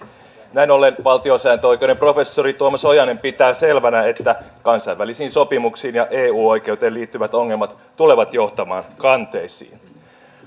näin ollen valtiosääntöoikeuden professori tuomas ojanen pitää selvänä että kansainvälisiin sopimuksiin ja eu oikeuteen liittyvät ongelmat tulevat johtamaan kanteisiin